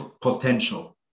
potential